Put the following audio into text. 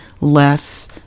less